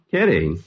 Kidding